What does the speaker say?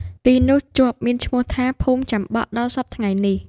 ទីនោះជាប់មានឈ្មោះថា ភូមិចាំបក់ ដល់សព្វថ្ងៃនេះ ។